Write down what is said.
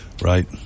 Right